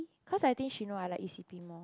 cause I think she know I like e_c_p more